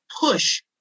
push